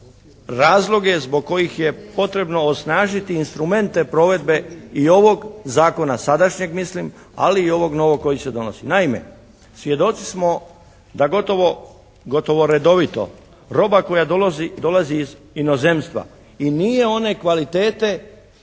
razloge zbog kojih je potrebno osnažiti instrumente provedbe i ovog Zakona sadašnjem mislim, ali i ovog novog koji se donosi. Naime, svjedoci smo da gotovo redovito roba koja dolazi iz inozemstva i nije one kvalitete